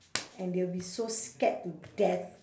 and they'll be so scared to death